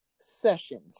sessions